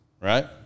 Right